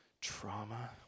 trauma